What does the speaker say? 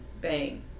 bang